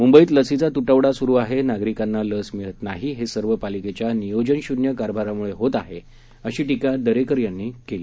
मुंबईमध्ये लसीचा तुटवडा सुरु आहे नागरिकांना लस मिळत नाही हे सर्व पालिकेच्या नियोजनशून्य कारभारामुळे होत आहे अशी टीका दरेकर यांनी केली